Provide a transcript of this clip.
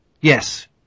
Yes